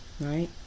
right